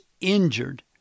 injured